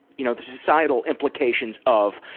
you know, the societal implications of,